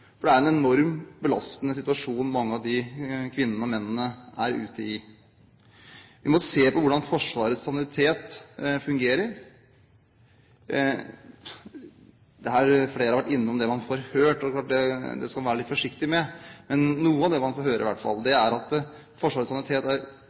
for det er en enormt belastende situasjon mange av de kvinnene og mennene er ute i. Vi må se på hvordan Forsvarets sanitet fungerer. Flere har vært innom ting man har hørt, og det skal man være litt forsiktig med. Men i hvert fall noe av det man får høre,